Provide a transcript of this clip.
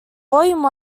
volume